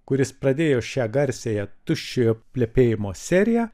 kuris pradėjo šią garsiąją tuščiojo plepėjimo seriją